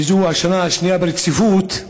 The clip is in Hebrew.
וזו השנה השנייה ברציפות.